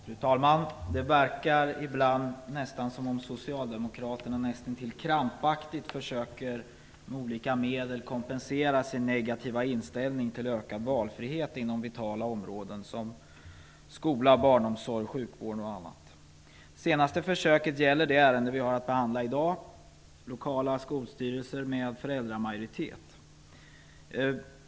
Fru talman! Det verkar ibland som om socialdemokraterna nästintill krampaktigt med olika medel försöker kompensera sin negativa inställning till ökad valfrihet inom vitala områden som skola, barnomsorg, sjukvård och annat. Det senaste försöket gäller det ärende vi har att behandla i dag: lokala skolstyrelser med föräldramajoritet.